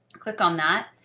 click on that.